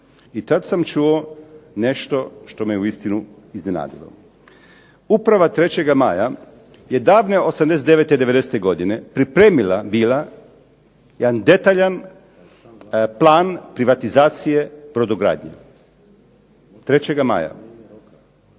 i tad sam čuo nešto što me uistinu iznenadilo. Uprava 3. maja je davne '89., '90. godine pripremila bila jedan detaljan plan privatizacije brodogradnje, 3. maja.